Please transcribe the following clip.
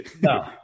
No